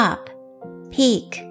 peak